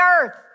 earth